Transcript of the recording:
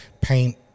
paint